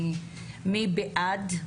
מי בעד?